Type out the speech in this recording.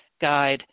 guide